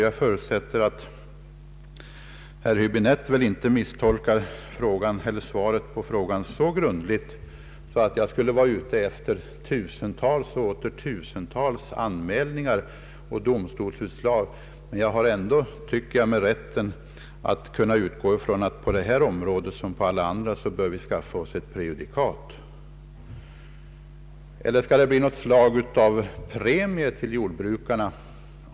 Jag förutsätter att herr Häbinette inte misstolkar svaret på frågan så grundligt som att jag skulle vara ute efter tusentals mål och domstolsutslag. Jag tycker ändå att jag har rätt att kunna utgå ifrån att vi på detta område som på alla andra måste skaffa oss ett prejudikat. Eller skall det bli något slag av premier till jordbrukarna?